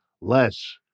less